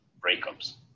breakups